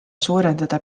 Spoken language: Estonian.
suurendada